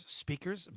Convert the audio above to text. speakers